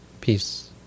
peace